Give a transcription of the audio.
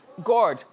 gorge.